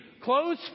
close